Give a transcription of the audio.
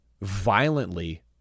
violently